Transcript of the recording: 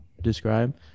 describe